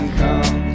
come